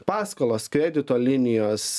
paskolos kredito linijos